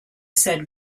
said